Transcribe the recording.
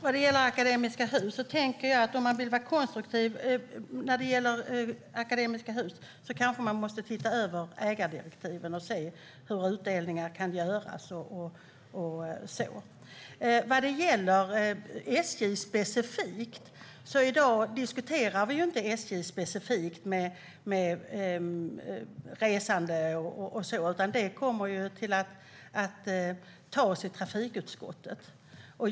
Herr talman! Om man vill vara konstruktiv när det gäller Akademiska Hus tänker jag att man kanske måste se över ägardirektiven och se hur utdelningar kan göras. Vad gäller SJ diskuterar vi ju inte SJ och resande specifikt i dag, utan det kommer att tas i trafikutskottet.